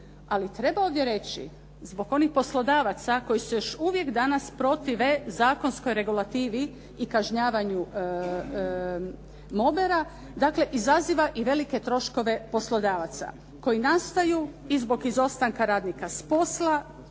ali treba ovdje reći, zbog onih poslodavaca koji se još uvijek danas protive zakonskoj regulativi i kažnjavanju mobera, dakle izaziva i velike troškove poslodavaca koji nastaju i zbog izostanka radnika s posla,